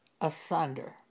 asunder